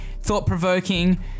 thought-provoking